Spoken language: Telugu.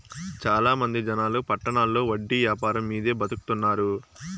చాలా మంది జనాలు పట్టణాల్లో వడ్డీ యాపారం మీదే బతుకుతున్నారు